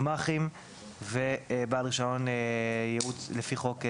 גמ"חים ובעל רישיון לפי חוק ייעוץ,